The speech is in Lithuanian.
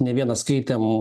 ne vieną skaitėm